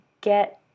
get